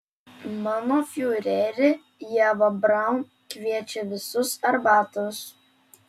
mano fiureri ieva braun kviečia visus arbatos